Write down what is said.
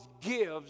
gives